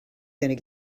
going